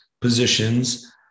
positions